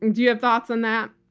do you have thoughts on that?